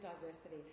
diversity